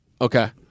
okay